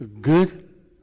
good